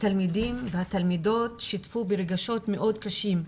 התלמידים והתלמידות שיתפו ברגשות מאוד קשים,